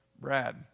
Brad